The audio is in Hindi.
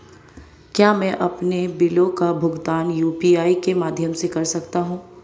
क्या मैं अपने बिलों का भुगतान यू.पी.आई के माध्यम से कर सकता हूँ?